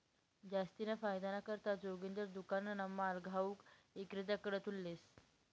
जास्तीना फायदाना करता जोगिंदर दुकानना माल घाऊक इक्रेताकडथून लेस